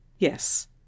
Yes